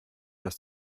dass